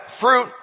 fruit